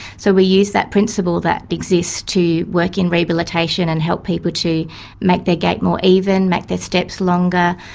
so we use that principle that exists to work in rehabilitation and help people to make their gait more even, make the steps longer,